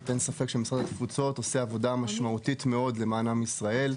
אין ספק שמשרד התפוצות עושה עבודה משמעותית מאוד למען עם ישראל.